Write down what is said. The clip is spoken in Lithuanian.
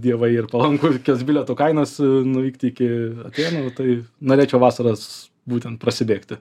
dievai ir palankios bilietų kainos nuvykti iki atėnų tai norėčiau vasaras būtent prasibėgti